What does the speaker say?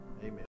amen